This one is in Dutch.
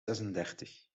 zesendertig